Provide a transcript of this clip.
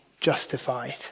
justified